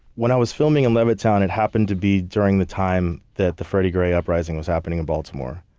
when i was filming in levittown, it happened to be during the time that the freddie gray uprising was happening in baltimore.